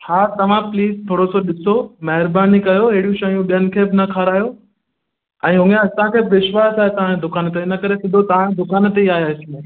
हा तव्हां प्लीस थोरो सो ॾिसो महिरबानी कयो अहिड़ियूं शयूं ॿियनि खे बि न खारायो ऐं ऊअं असांखे विश्वासु आहे तव्हांजे दुकान ते इनकरे बि तव्हांजे दुकान ते ई आयासीं